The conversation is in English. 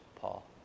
Paul